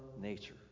nature